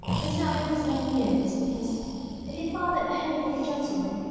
it's not because they're new, it's because if your father behaved like a gentleman,